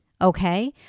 Okay